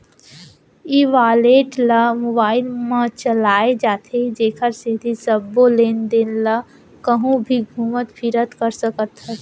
ई wallet ल mobile म चलाए जाथे जेकर सेती सबो लेन देन ल कहूँ भी घुमत फिरत कर सकत हस